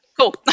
Cool